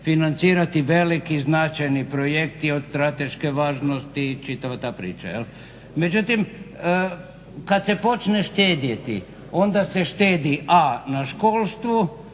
financirati veliki, značajni projekti od strateške važnosti i čitava ta priča. Međutim, kad se počne štedjeti, onda se štedi a) na školstvu,